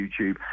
YouTube